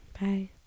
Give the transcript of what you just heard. Bye